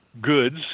goods